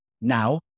now